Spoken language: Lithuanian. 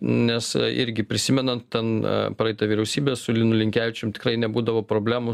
nes irgi prisimenant ten praeitą vyriausybę su linu linkevičium tikrai nebūdavo problemų